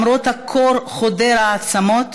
למרות הקור חודר העצמות,